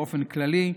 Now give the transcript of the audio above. באופן כללי,